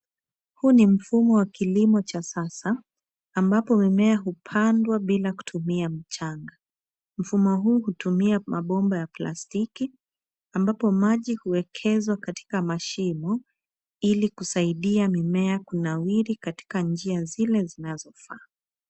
Huu ni mfumo wa kilimo cha sasa ambapo mimea hupandwa bila kutumia mchanga. Mfumo huu hutumia mabomba ya plastiki ambapo maji huekezwa katika mashimo ili kusaidia mimea kunawiri katika njia zile zinazofaa.